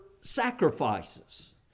sacrifices